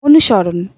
অনুসরণ